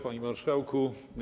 Panie Marszałku!